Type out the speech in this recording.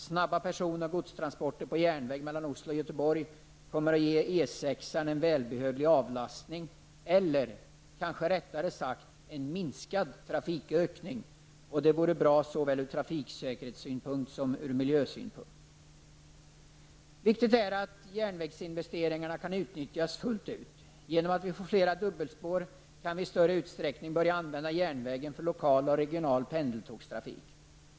Snabba person och godstransporter på järnväg mellan Oslo och Göteborg kommer att ge E 6-an en välbehövlig avlastning eller, kanske rättare sagt, en minskad trafikökning, och det vore bra såväl från trafiksäkerhetssynpunkt som från miljösynpunkt. Viktigt är att järnvägsinvesteringar kan utnyttjas fullt ut. Genom att vi får flera dubbelspår kan vi i större utsträckning börja använda järnvägen för lokal och regional pendeltågstrafik.